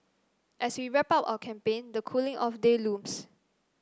as we wrap up our campaign the cooling off day looms